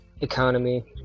economy